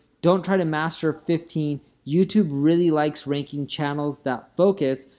don't try to master fifteen. youtube really likes ranking channels that focus,